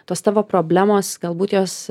tos tavo problemos galbūt jos